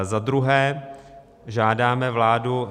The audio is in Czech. Za druhé žádáme vládu